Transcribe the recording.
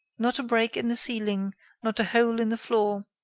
not a break in the ceiling not a hole in the floor.